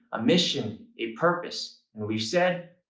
a mission, a purpose and we've said,